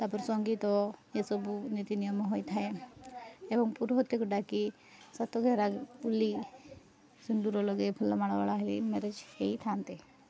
ତାପରେ ସଙ୍ଗୀତ ଏସବୁ ନୀତି ନିୟମ ହୋଇଥାଏ ଏବଂ ପୁରୋହିତକୁ ଡାକି ସାତ ଘେରା ବୁଲି ସିନ୍ଦୁର ଲଗେଇ ଫୁଲ ମାଳ ଗଳା ହେଇ ମ୍ୟାରେଜ ହେଇଥାନ୍ତି